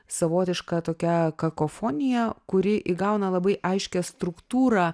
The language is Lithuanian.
savotiška tokia kakofonija kuri įgauna labai aiškią struktūrą